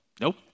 Nope